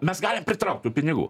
mes galim pritraukt tų pinigų